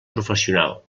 professional